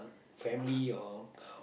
family or